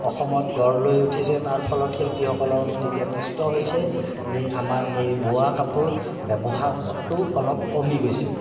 অসমত গঢ় লৈ উঠিছে তাৰ ফলত শিল্পীসকলৰ অতিকে কষ্ট হৈছে যে আমাৰ এই বোৱা কাপোৰ ব্যৱহাৰটো অলপ কমি গৈছে